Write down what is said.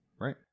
right